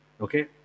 okay